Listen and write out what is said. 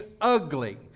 ugly